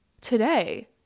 today